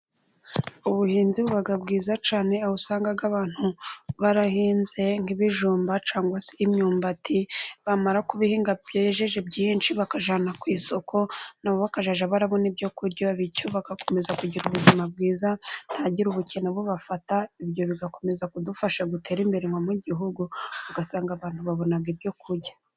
Ubuhinzi buba bwiza cyane aho usanga abantu barahinze nk'ibijumba cyangwa se imyumbati, bamara kubihinga bejeje byinshi bakajyana ku isoko, nabo bakazajya barabona ibyo kurya, bityo bagakomeza kugira ubuzima bwiza ntihagire ubukene bubafata, ibyo bigakomeza kudufasha gutera imbere nko mu gihugu, ugasanga abantu babona ibyo kurya.